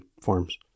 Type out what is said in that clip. forms